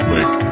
Make